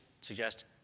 suggest